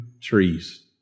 Trees